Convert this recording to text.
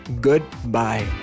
goodbye